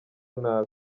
nabi